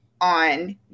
on